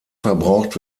verbraucht